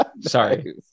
Sorry